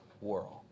world